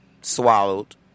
swallowed